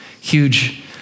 huge